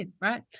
right